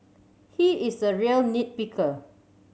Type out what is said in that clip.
he is a real nit picker